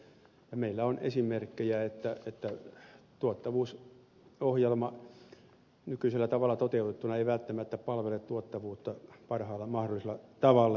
meillä on esimerkkejä että tuottavuusohjelma nykyisellä tavalla toteutettuna ei välttämättä palvele tuottavuutta parhaalla mahdollisella tavalla